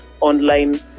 online